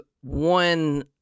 one